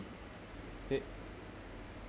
it